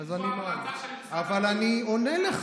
אם זו ההמלצה של משרד הבריאות, אבל אני עונה לך.